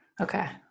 Okay